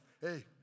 Hey